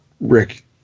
Rick